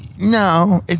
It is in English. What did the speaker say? No